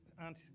Aunt